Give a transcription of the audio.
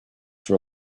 for